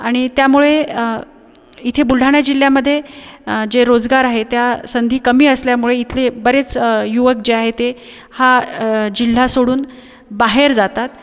आणि त्यामुळे इथे बुलढाणा जिल्ह्यामध्ये जे रोजगार आहेत त्या संधी कमी असल्यामुळे इथले बरेच युवक जे आहे ते हा जिल्हा सोडून बाहेर जातात